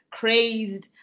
crazed